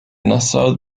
nassau